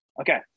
Okay